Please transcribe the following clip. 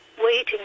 waiting